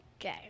okay